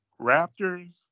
Raptors